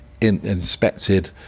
inspected